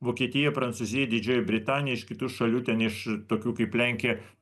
vokietija prancūzija didžioji britanija iš kitų šalių ten iš tokių kaip lenkija